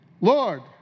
Lord